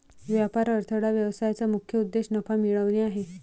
व्यापार अडथळा व्यवसायाचा मुख्य उद्देश नफा मिळवणे आहे